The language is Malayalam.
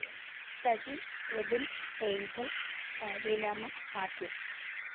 സജി എബിൻ ഏയ്ഞ്ചൽ ലീലാമ്മ മാത്യു